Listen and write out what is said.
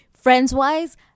friends-wise